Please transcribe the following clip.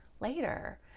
later